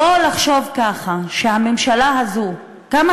בואו נחשוב ככה: הממשלה הזאת, כמה